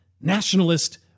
nationalist